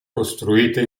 costruite